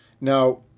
Now